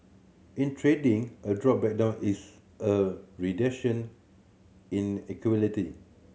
in trading a drawback down is a reduction in